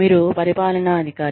మీరు పరిపాలనా అధికారి